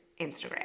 Instagram